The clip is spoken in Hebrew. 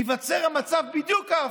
המקום הקדוש ביהדות,